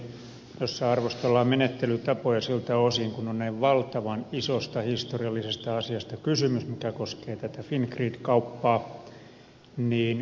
minäkin yhdyn niihin puheenvuoroihin joissa arvostellaan menettelytapoja siltä osin kun on näin valtavan isosta historiallisesta asiasta kysymys mikä koskee tätä fingrid kauppaa